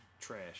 trash